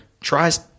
tries